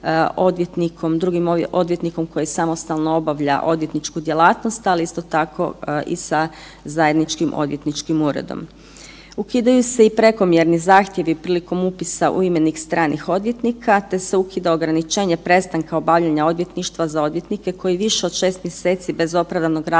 drugim odvjetnikom koji samostalno obavlja odvjetničku djelatnost, ali isto tako i sa zajedničkim odvjetničkim uredom. Ukidaju se i prekomjerni zahtjevi prilikom upisa u imenik stranih odvjetnika te se ukida ograničenje prestanka obavljanja odvjetništva za odvjetnike koji više od 6 mjeseci bez opravdanog razloga